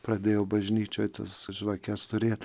pradėjo bažnyčioj tas žvakes turėt